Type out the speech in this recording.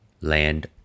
land